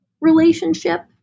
relationship